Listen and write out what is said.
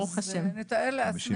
50 שקל.